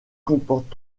comportent